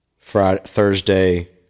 Thursday